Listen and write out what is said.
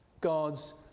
God's